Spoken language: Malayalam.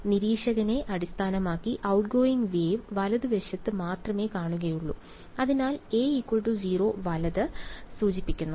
അതിനാൽ നിരീക്ഷകനെ അടിസ്ഥാനമാക്കി ഔട്ട്ഗോയിംഗ് വേവ് വലതുവശത്ത് മാത്രമേ കാണുന്നുള്ളൂ അതിനാൽ a 0 വലത് a 0 സൂചിപ്പിക്കുന്നു